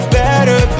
better